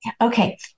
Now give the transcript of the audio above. Okay